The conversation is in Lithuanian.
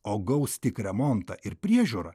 o gaus tik remontą ir priežiūrą